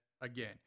again